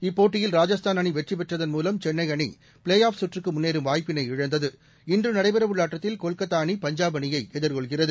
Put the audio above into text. இப்போட்டியில் ராஜஸ்தான் அணி வெற்றிபெற்றதன் மூவம் சென்னை அணி ப்ளே ஆஃப் கற்றுக்கு முன்னேறும் வாய்ப்பினை இழந்தது இன்று நடைபெற உள்ள ஆட்டத்தில் கொல்கத்தா அணி பஞ்சாப் அணியை எதிர்கொள்கிறது